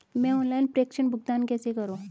मैं ऑनलाइन प्रेषण भुगतान कैसे करूँ?